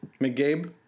McGabe